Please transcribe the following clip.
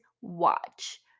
watch